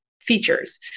features